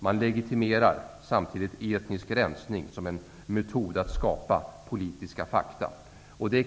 Man legitimerar samtidigt etnisk rensning som en metod att skapa politiska fakta.